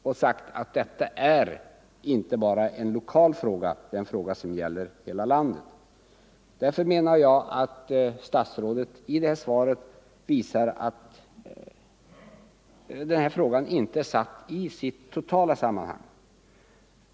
Det har sagts att detta är inte bara en lokal fråga — det är en fråga som gäller hela landet. Statsrådets svar visar att denna fråga inte är insatt i sitt totala sammanhang.